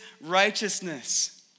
righteousness